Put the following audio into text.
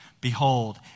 Behold